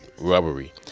rubbery